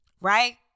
right